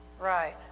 Right